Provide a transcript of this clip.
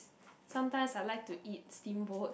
sometimes I like to eat steamboat